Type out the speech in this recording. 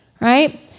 Right